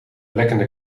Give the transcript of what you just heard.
lekkende